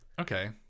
Okay